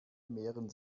mehren